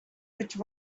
which